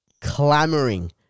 clamoring